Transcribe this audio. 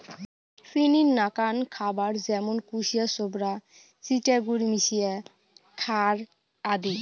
চিনির নাকান খাবার য্যামুন কুশিয়ার ছোবড়া, চিটা গুড় মিশিয়া খ্যার আদি